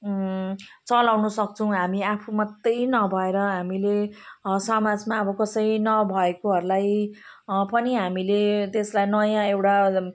चलाउनसक्छौँ हामी आफू मात्रैै नभएर हामीले समाजमा अब कसै नभएकोहरूलाई पनि हामीले त्यसलाई नयाँ एउटा